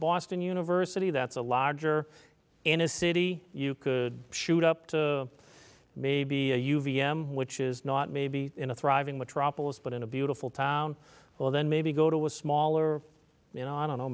boston university that's a larger in a city you could shoot up to maybe a u v m which is not maybe in a thriving metropolis but in a beautiful town well then maybe go to a smaller you know i don't know